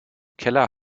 keller